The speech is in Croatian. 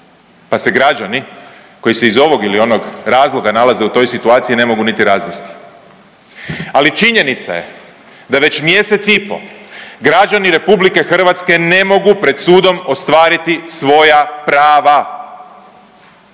pa se građani koji se iz ovog ili onog razloga nalaze u toj situaciji ne mogu niti razvesti. Ali činjenica je da već mjesec i po građani RH ne mogu pred sudom ostvariti svoja prava,